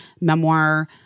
memoir